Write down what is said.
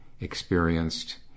experienced